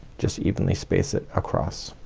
just evenly space it across.